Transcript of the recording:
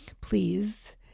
please